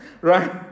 right